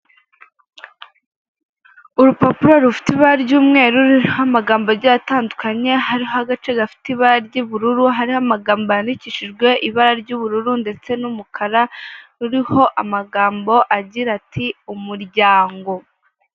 Urupapuro rufite ibara ry'umweru ruriho amagambo agiye atandukanye hariho agace gafite ibara ry'ubururu hariho amagambo yandikishijwe ibara ry'ubururu ndetse n'umukara ruriho amagambo agira ati umuryango.